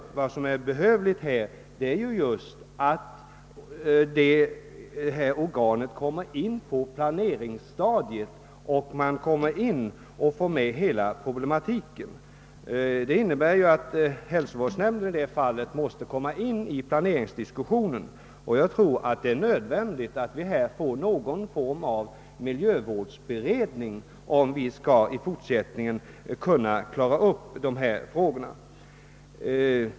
Viktigt är nämligen att detta organ kommer in på planeringsstadiet och från början blir insatt i hela problematiken. Det innebär att hälsovårdsnämnden måste delta i planeringsdiskussion. Jag tror att det är nödvändigt att vi får någon form av miljövårdsberedning, om vi i fortsätt ningen skall kunna klara upp dessa frågor.